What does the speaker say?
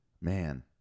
Man